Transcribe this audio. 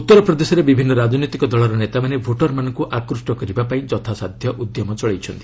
ଉତ୍ତରପ୍ରଦେଶରେ ବିଭିନ୍ନ ରାଜନୈତିକ ଦଳର ନେତାମାନେ ଭୋଟରମାନଙ୍କୁ ଆକୁଷ୍ଠ କରିବା ପାଇଁ ଯଥା ସାଧ୍ୟ ଉଦ୍ୟମ ଚଳାଇଛନ୍ତି